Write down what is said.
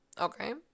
Okay